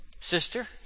Sister